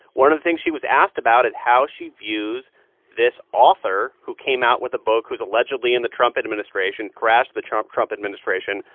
one of the things she was asked about is how she views this author who came out with a book, who's allegedly in the trump administration, crashed the trump trump administration,